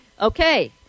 Okay